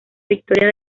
victoria